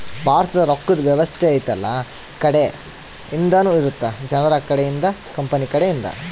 ಭಾರತದ ರೊಕ್ಕದ್ ವ್ಯವಸ್ತೆ ಯೆಲ್ಲ ಕಡೆ ಇಂದನು ಇರುತ್ತ ಜನರ ಕಡೆ ಇಂದ ಕಂಪನಿ ಕಡೆ ಇಂದ